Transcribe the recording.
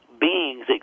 beings